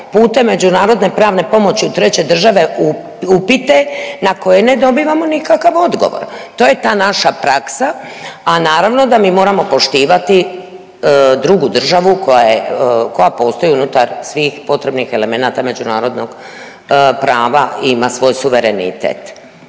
putem međunarodne pravne pomoći u treće države upite na koje ne dobivamo nikakav odgovor. To je ta naša praksa, a naravno da mi moramo poštivati drugu državu koja je, koja postoji unutar svih potrebnih elemenata međunarodnog prava i ima svoj suverenitet.